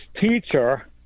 teacher